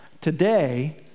Today